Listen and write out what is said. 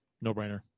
no-brainer